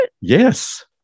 Yes